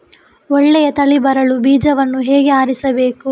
ಒಳ್ಳೆಯ ತಳಿ ಬರಲು ಬೀಜವನ್ನು ಹೇಗೆ ಆರಿಸಬೇಕು?